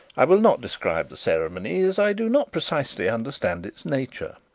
i will not describe the ceremony, as i do not precisely understand its nature.